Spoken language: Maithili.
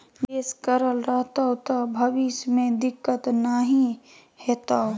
निवेश करल रहतौ त भविष्य मे दिक्कत नहि हेतौ